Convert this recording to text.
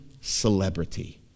celebrity